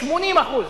80%,